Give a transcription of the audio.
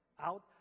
out